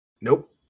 Nope